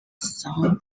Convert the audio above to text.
song